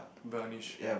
brownish hair